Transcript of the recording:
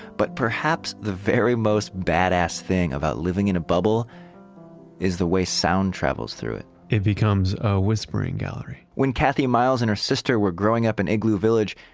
but perhaps the very most badass thing about living in a bubble is the way sound travels through it it becomes a whispering gallery when kathy miles and her sister were growing up in igloo village,